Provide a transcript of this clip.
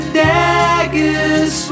daggers